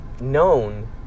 known